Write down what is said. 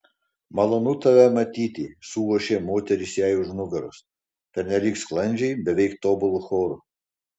malonu tave matyti suošė moterys jai už nugaros pernelyg sklandžiai beveik tobulu choru